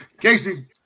Casey